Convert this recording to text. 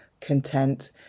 content